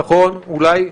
נכון, אולי.